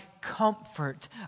comfort